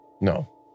no